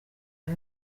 iyo